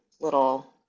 little